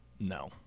No